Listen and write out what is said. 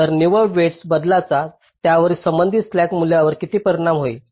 तर निव्वळ वेईटस बदलाचा त्यावरील संबंधित स्लॅक मूल्यावर किती परिणाम होईल